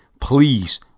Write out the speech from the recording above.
Please